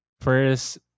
First